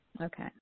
Okay